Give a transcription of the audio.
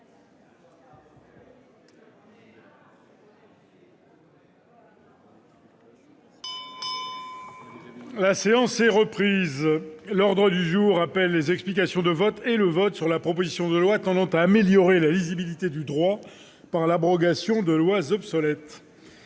La séance est reprise. L'ordre du jour appelle les explications de vote et le vote sur la proposition de loi tendant à améliorer la lisibilité du droit par l'abrogation de lois obsolètes